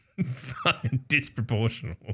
disproportional